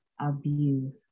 abuse